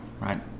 Right